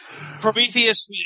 Prometheus